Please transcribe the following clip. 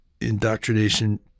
indoctrination